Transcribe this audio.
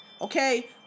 Okay